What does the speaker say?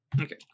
Okay